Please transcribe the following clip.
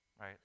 right